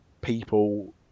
people